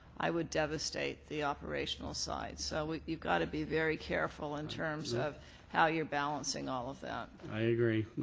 i would devastate the operational side. so you've got to be very careful in terms of how you're balancing all of that. i agree.